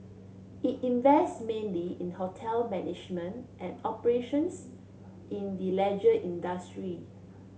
it invests mainly in hotel management and operations in the leisure industry